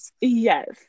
Yes